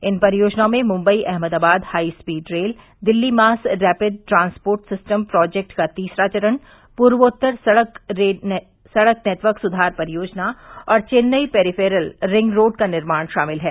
इन परियोजनाओं में Mumbai Ahmedabad high speed rail Delhi mass rapid transport system project का तीसरा चरण पूर्वोत्तर सड़क नेटवर्क सुधार परियोजना और चेन्नई पेरीफेरल रिंगरोड का निर्माण शामिल है